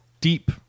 deep